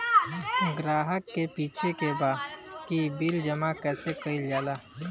ग्राहक के पूछे के बा की बिल जमा कैसे कईल जाला?